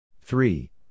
three